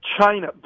China